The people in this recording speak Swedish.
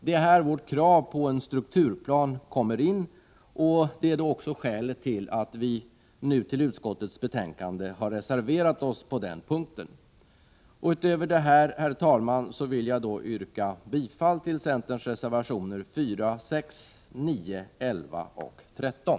Det är här vårt krav på en strukturplan kommer in, och det är också skälet till att vi i utskottets betänkande reserverat oss på den punkten. Utöver detta, herr talman, vill jag yrka bifall till centerns reservationer 4, 6, 9, 11 och 13.